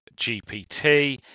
GPT